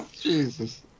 Jesus